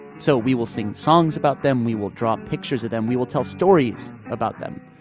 so we will sing songs about them. we will draw pictures of them. we will tell stories about them.